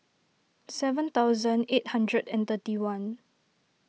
seven thousand eight hundred and thirty one